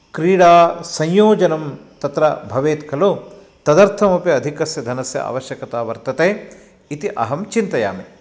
क्रिडासंयोजनं तत्र भवेत् खलु तदर्थमपि अधिकस्य धनस्य आवश्यकता वर्तते इति अहं चिन्तयामि